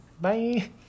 Bye